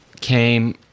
came